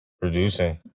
producing